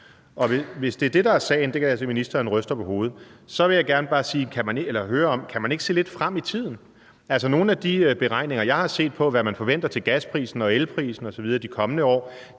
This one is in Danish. Hvis det er det, der er sagen – jeg kan se, at ministeren ryster på hovedet – så vil jeg bare gerne høre, om man ikke bare kan se lidt frem i tiden. Altså, nogle af de beregninger, jeg har set, på, hvad man forventer om gasprisen og elprisen osv. de kommende år,